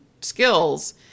skills